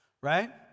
right